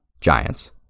Giants